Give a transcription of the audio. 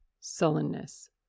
sullenness